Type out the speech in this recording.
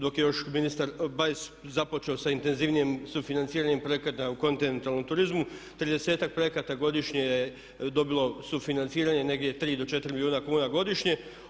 Dok je još ministar Bajs započeo sa intenzivnijim sufinanciranjem projekata u kontinentalnom turizmu 30-ak projekata godišnje je dobilo sufinanciranje, negdje 3 do 4 milijuna kuna godišnje.